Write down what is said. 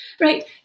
right